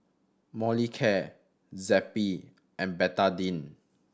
Molicare Zappy and Betadine